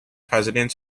presidents